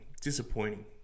disappointing